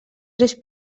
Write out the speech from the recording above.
tres